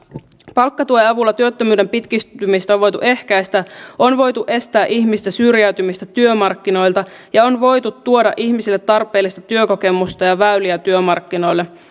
palkkatuen avulla työttömyyden pitkittymistä on voitu ehkäistä on voitu estää ihmistä syrjäytymästä työmarkkinoilta ja on voitu tuoda ihmisille tarpeellista työkokemusta ja väyliä työmarkkinoille